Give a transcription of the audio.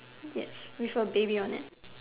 yes with a baby on it